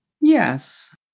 Yes